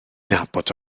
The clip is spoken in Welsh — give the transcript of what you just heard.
nabod